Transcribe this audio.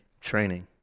training